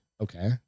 Okay